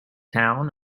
town